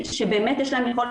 גם בעיני בני הקהילה,